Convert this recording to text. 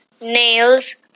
nails